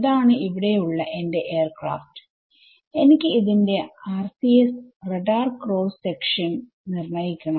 ഇതാണ് ഇവിടെ ഉള്ള എന്റെ എയർക്രാഫ്റ്റ് എനിക്ക് ഇതിന്റെ RCS റഡാർ ക്രോസ്സ് സെക്ഷൻ നിർണ്ണയിക്കണം